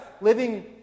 living